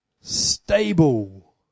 stable